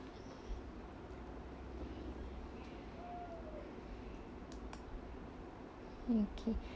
okay